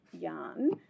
yarn